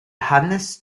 hannes